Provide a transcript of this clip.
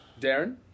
Darren